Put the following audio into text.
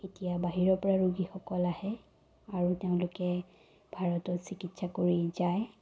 এতিয়া বাহিৰৰ পৰা ৰোগীসকল আহে আৰু তেওঁলোকে ভাৰতত চিকিৎসা কৰি যায়